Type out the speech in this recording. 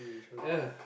yea